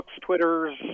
Twitters